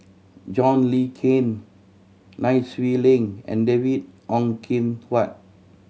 John Le Cain Nai Swee Leng and David Ong Kim Huat